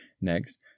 Next